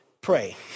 pray